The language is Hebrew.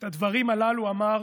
את הדברים הללו אמר,